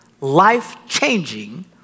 life-changing